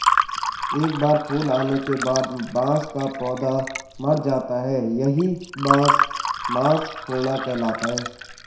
एक बार फूल आने के बाद बांस का पौधा मर जाता है यही बांस मांस फूलना कहलाता है